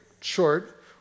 short